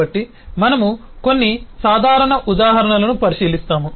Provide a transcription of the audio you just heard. కాబట్టి మనము కొన్ని సాధారణ ఉదాహరణలను పరిశీలిస్తాము